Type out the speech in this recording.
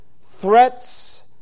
threats